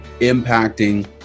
impacting